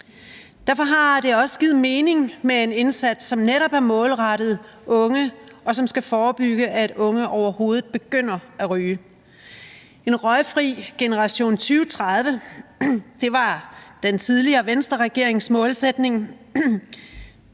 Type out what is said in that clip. Derfor har det også givet mening med en indsats, som netop er målrettet unge, og som skal forebygge, at unge overhovedet begynder at ryge. En røgfri generation 2030 var den tidligere Venstreregerings målsætning,